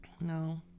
No